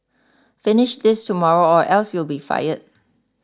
finish this tomorrow or else you'll be fired